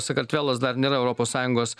sakartvelas dar nėra europos sąjungos